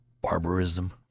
barbarism